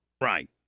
Right